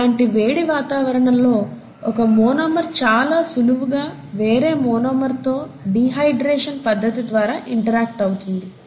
అలాంటి వేడి వాతావరణంలో ఒక మోనోమర్ చాలా సులువుగా వేరే మోనోమర్ తో డీహైడ్రేషన్ పద్దతి ద్వారా ఇంటరాక్ట్ అవుతుంది